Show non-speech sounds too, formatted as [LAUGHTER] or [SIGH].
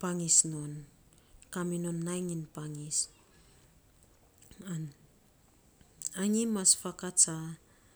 pangis non kaa minon nainy iny pangis. [HESITATION] anyi mas fakats [UNINTELLIGIBLE]